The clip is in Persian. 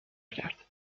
کرد